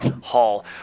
Hall